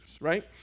right